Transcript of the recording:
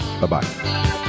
Bye-bye